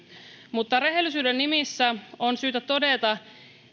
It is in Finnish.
mutta rehellisyyden nimissä on syytä todeta